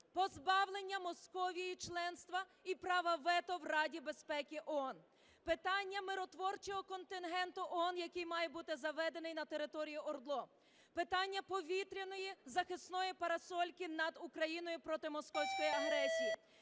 позбавлення Московії членства і права вето в Раді Безпеки ООН; питання миротворчого контингенту ООН, який має бути заведений на територію ОРДЛО; питання повітряної захисної парасольки над Україною проти московської агресії;